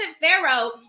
Pharaoh